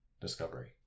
Discovery